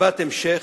מסיבת המשך,